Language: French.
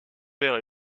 père